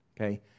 okay